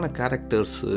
characters